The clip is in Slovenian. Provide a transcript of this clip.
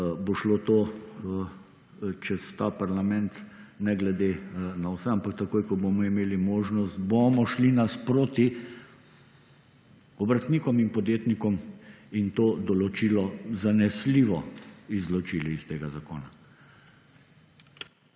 to šlo čez ta parlament, ne glede na vse, ampak takoj ko bomo imeli možnost, bomo šli nasproti obrtnikom in podjetnikom in to določilo zanesljivo izločili iz tega zakona.